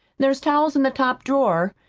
there's towels in the top drawer,